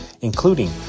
including